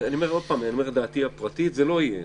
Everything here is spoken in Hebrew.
אני אומר את דעתי הפרטית: זה לא יהיה.